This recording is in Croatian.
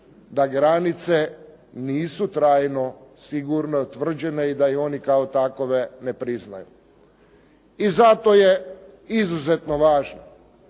da granice nisu trajno sigurno utvrđene i da ih oni kao takove ne priznaju. I zato je izuzetno važno,